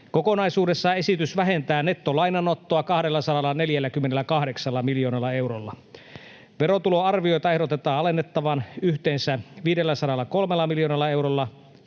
Kokonaisuudessaan esitys vähentää nettolainanottoa 248 miljoonalla eurolla. Verotuloarviota ehdotetaan alennettavan yhteensä 503 miljoonalla eurolla.